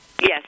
Yes